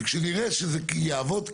וכשנראה שזה יעבוד,